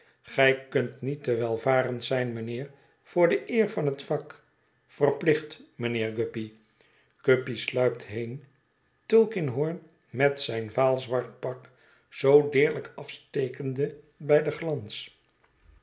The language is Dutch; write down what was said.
gij kunt niet te welvarend zijn mijnheer voor de eer van het vak verplicht mijnheer guppy guppy sluipt heen tulkinghorn met zijn vaal zwart pak zoo deerlijk afstekende bij den glans